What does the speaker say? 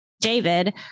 david